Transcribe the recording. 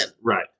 Right